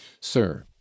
sir